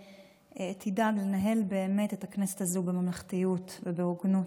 שתדאג לנהל באמת את הכנסת הזו בממלכתיות ובהוגנות,